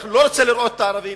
אנחנו לא רוצים לראות את הערבי,